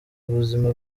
ubuzima